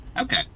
okay